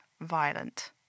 violent